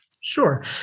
Sure